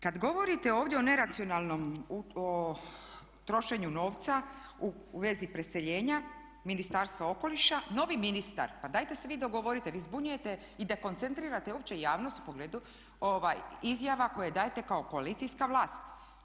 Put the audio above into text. Kad govorite ovdje o neracionalnom trošenju novca u vezi preseljenja Ministarstva okoliša novi ministar, pa dajte se vi dogovorite, vi zbunjujete i dekoncentrirate opću javnost u pogledu izjava koje dajete kao koalicijska vlast.